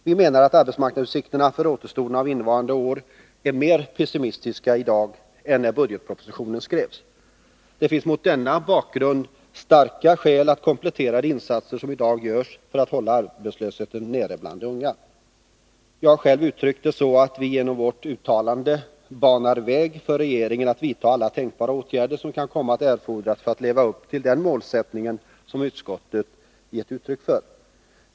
Vi menar att arbetsmarknadsutsikterna för återstoden av innevarande år är mer pessimistiska i dag än när budgetpropositionen skrevs. Det finns mot denna bakgrund starka skäl att komplettera de insatser som i dag görs för att hålla arbetslösheten nere bland de unga. Jag har själv uttryckt det så, att vi genom vårt uttalande banar väg för regeringen att vidta alla tänkbara åtgärder som kan komma att erfordras för att leva upp till den målsättning som utskottet gett uttryck för.